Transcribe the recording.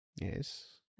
Yes